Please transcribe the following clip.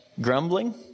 grumbling